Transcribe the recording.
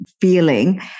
feeling